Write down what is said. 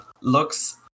looks